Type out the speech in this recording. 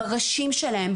בראשים שלהם,